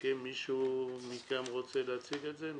מישהו מכם רוצה להציג את זה?